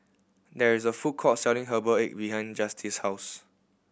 there is a food court selling herbal egg behind Justice's house